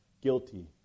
guilty